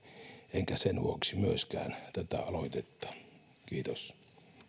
enkä sen vuoksi myöskään tätä aloitetta kiitos